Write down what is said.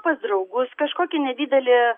pas draugus kažkokį nedidelį